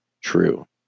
true